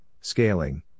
scaling